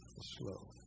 slow